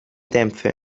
dämpfe